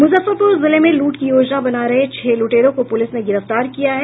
मुजफ्फरपुर जिले में लूट की योजना बना रहे छह लूटेरे को पुलिस ने गिरफ्तार किया है